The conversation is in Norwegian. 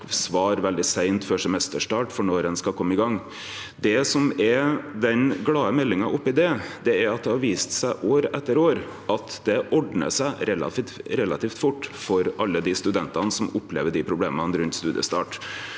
svar veldig seint før semesterstart på når ein skal kome i gang. Det som er den glade meldinga i dette, er at det har vist seg år etter år at det ordnar seg relativt fort for alle dei studentane som opplever desse problema rundt studiestart.